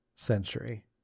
Century